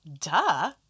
duh